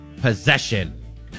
possession